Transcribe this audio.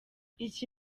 iki